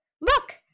Look